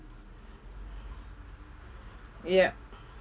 yup